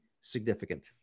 significant